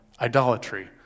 Idolatry